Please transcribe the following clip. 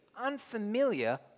Unfamiliar